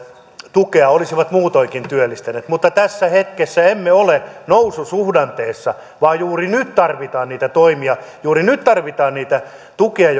tukea olisivat muutoinkin työllistyneet mutta tässä hetkessä emme ole noususuhdanteessa vaan juuri nyt tarvitaan niitä toimia juuri nyt tarvitaan sitä tukea